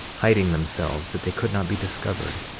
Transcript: hiding themselves that they could not be discovered,